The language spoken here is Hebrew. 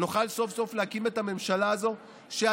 ונוכל סוף-סוף להקים את הממשלה הזאת שהציבור